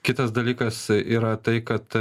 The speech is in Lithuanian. kitas dalykas yra tai kad